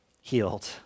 healed